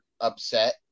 upset